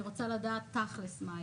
אני רוצה לדעת תכלס מה היה.